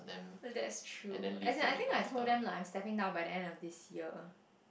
well that's true I think I think I told them lah I setting down by end of this year